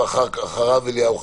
תודה, אדוני.